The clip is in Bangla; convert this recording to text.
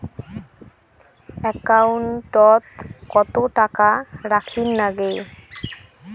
একাউন্টত কত টাকা রাখীর নাগে?